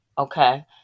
Okay